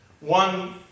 One